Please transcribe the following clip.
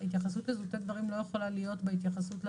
ההתייחסות לזוטי דברים לא יכולה להיות בהתייחסות למעבדה,